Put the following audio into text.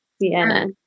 Sienna